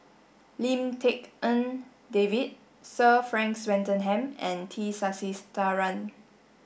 Lim Tik En David Sir Frank Swettenham and T Sasitharan